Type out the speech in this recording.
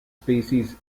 species